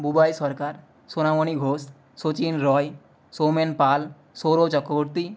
Bubai Sarkar Sonamoni Ghosh Sachin Roy Soumen Pal Saura Chakraborty